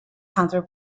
counter